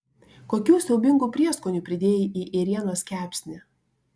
kokių siaubingų prieskonių pridėjai į ėrienos kepsnį